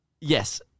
Yes